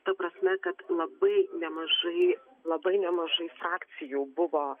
ta prasme kad labai nemažai labai nemažai frakcijų buvo